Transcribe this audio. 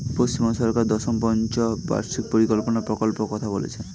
পশ্চিমবঙ্গ সরকার দশম পঞ্চ বার্ষিক পরিকল্পনা কোন প্রকল্প কথা বলেছেন?